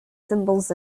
symbols